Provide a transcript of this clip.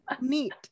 Neat